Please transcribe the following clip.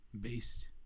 based